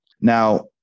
Now